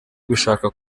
gushaka